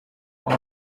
und